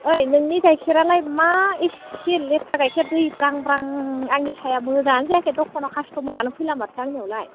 ओइ नोंनि गायखेरालाय मा इसि लेथ्रा गायखेर दैब्रांब्रां आंनि साहया मोजाङानो जायाखै दखानाव कास्टमारानो फैला माथो आंनियावलाय